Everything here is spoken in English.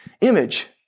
image